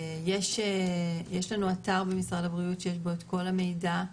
יש לנו אתר במשרד הבריאות שיש בו את כל המידע,